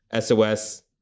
SOS